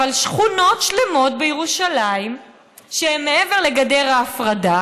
שכונות שלמות בירושלים שהן מעבר לגדר ההפרדה